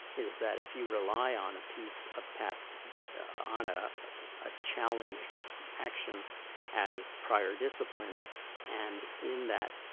is that if you rely on a piece of past on ah a challenged action as prior discipline and in that